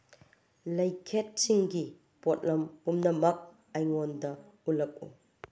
ꯂꯩꯈꯦꯠꯁꯤꯡꯒꯤ ꯄꯣꯠꯂꯝ ꯄꯨꯝꯅꯃꯛ ꯑꯩꯉꯣꯟꯗ ꯎꯠꯂꯛꯎ